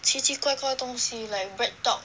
奇奇怪怪东西 like Breadtalk